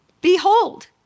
Behold